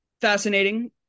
fascinating